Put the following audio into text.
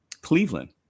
Cleveland